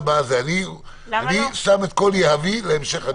אני שם את כל יהבי להמשך הדרך.